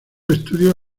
estudios